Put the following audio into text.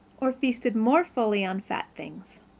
or feasted more fully on fat things.